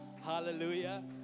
Hallelujah